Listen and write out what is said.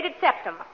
septum